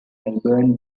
melbourne